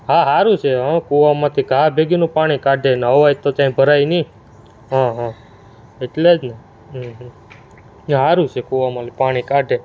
હા સારું છે હં કૂવામાંથી ઘા ભેગીનું પાણી કાઢે ને અવાજ તો ક્યાંય ભરાય નહીં હં હં એટલે જ ને હં હં એ સારું છે કૂવામાંથી પાણી કાઢે